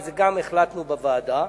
גם את זה החלטנו בוועדה,